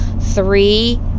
three